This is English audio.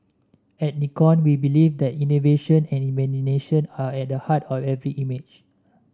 at Nikon we believe that innovation and imagination are at heart of every image